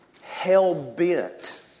hell-bent